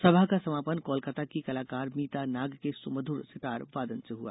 सभा का समापन कोलकाता की कलाकार मीता नाग के सुमधुर सितार वादन से हुआ